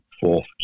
fourth